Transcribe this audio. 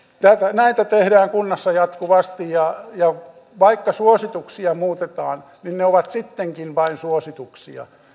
näitä tehdään kunnassa jatkuvasti ja vaikka suosituksia muutetaan niin ne ovat sittenkin vain suosituksia